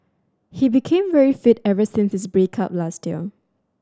he became very fit ever since his break up last year